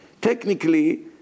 Technically